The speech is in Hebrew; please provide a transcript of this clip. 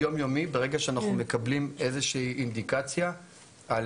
היום-יומי ברגע שאנחנו מקבלים איזושהי אינדיקציה על